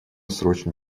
срочно